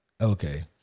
okay